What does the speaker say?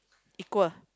equal